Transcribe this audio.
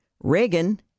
Reagan